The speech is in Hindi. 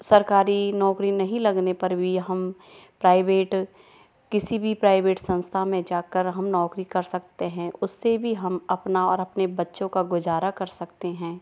सरकारी नौकरी नहीं लगने पर भी हम प्राइवेट किसी भी प्राइवेट संस्था में जाकर हम नौकरी कर सकते हैं उससे भी हम अपना और अपने बच्चों का गुजारा कर सकते हैं